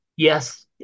Yes